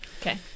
Okay